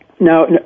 Now